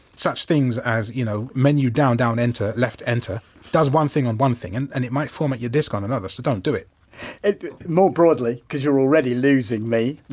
such things as you know menu down, down enter left enter does one thing on one thing and and it might format your disc on another, so don't do it it more broadly, because you're already losing me,